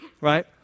right